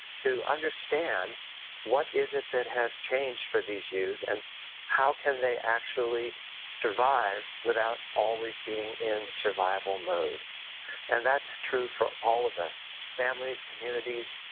to understand what is it that has changed for these youth and how can they actually survive without always being in survival mode and that's true for all of us, families, communities,